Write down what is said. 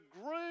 groom